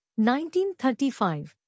1935